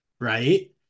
right